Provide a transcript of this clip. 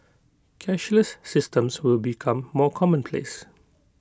cashless systems will become more commonplace